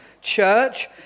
church